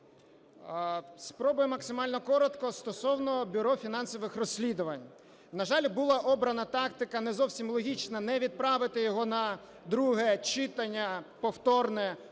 Спробую максимально коротко стосовно Бюро фінансових розслідувань. На жаль, була обрана тактика не зовсім логічна: не відправити його на друге читання повторне